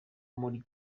muri